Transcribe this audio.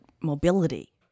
mobility